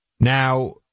Now